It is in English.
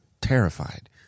terrified